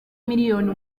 miliyoni